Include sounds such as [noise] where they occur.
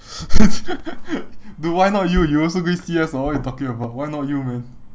[laughs] dude why not you you also going C_S [what] what are you talking about why not you man